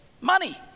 money